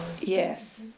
Yes